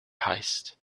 heist